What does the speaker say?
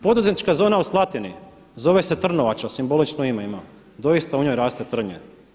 Poduzetnička zona u Slatini zove se Trnovača, simbolično ime ima, doista u njoj raste trnje.